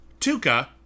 Tuca